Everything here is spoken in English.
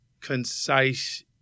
concise